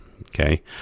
okay